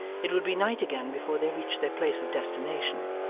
it would be night again before they reached their place of destination.